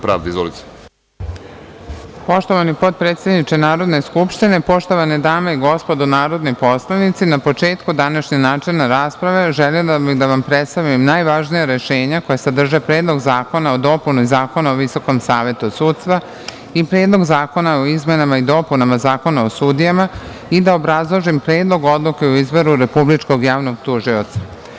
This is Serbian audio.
Poštovani potpredsedniče Narodne skupštine, poštovane dame i gospodo narodni poslanici, na početku današnje načelne rasprave želim da vam predstavim najvažnija rešenja koja sadrže Predlog zakona o dopuni Zakona o VSS i Predlog zakona o izmenama i dopunama Zakona o sudijama i da obrazložim Predlog odluke o izboru Republičkog javnog tužioca.